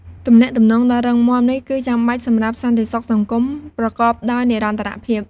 ទំនាក់ទំនងដ៏រឹងមាំនេះគឺចាំបាច់សម្រាប់សន្តិសុខសង្គមប្រកបដោយនិរន្តរភាព។